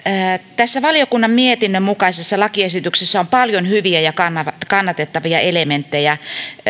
tässä valiokunnan mietinnön mukaisessa lakiesityksessä on paljon hyviä ja kannatettavia elementtejä